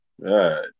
right